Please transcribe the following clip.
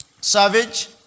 savage